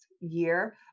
year